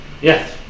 Yes